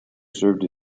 served